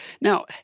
Now